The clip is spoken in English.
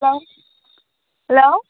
hello